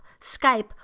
Skype